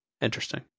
Interesting